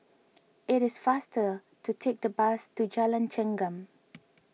it is faster to take the bus to Jalan Chengam